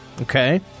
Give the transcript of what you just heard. Okay